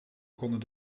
konden